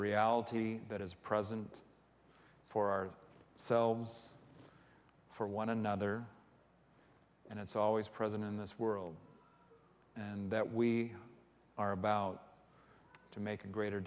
reality that is present for our selves for one another and it's always present in this world and that we are about to make a greater